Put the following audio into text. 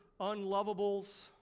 unlovables